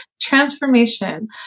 transformation